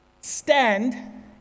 stand